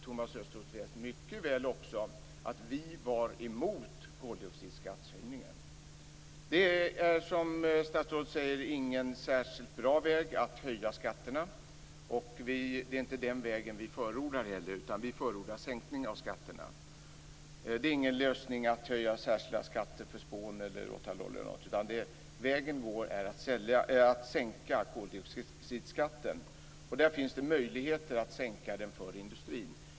Thomas Östros vet också mycket väl att vi var emot koldioxidskattehöjningen. Som statsrådet säger är det ingen särskilt bra väg att höja skatterna. Det är inte heller den vägen vi förordar, utan vi förordar en sänkning av skatterna. Det är ingen lösning att höja särskilda skatter för spån, råtallolja eller något annat, utan vägen att gå är att sänka koldioxidskatten. Det finns också möjligheter att sänka den för industrin.